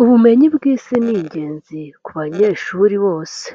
Ubumenyi bw'isi ni ingenzi ku banyeshuri bose,